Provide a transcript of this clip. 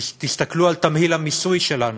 תסתכלו על תמהיל המיסוי שלנו,